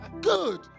Good